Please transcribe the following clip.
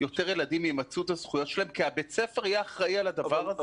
יותר ילדים ימצו את הזכויות שלהם כי בית הספר יהיה אחראי על הדבר הזה.